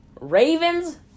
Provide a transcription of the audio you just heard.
Ravens